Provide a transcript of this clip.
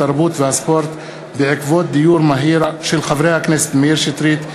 התרבות והספורט בעקבות דיון מהיר בהצעה של חברי הכנסת מאיר שטרית,